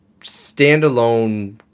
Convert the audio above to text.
standalone